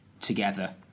together